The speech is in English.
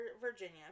virginia